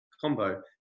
combo